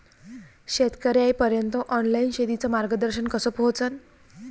शेतकर्याइपर्यंत ऑनलाईन शेतीचं मार्गदर्शन कस पोहोचन?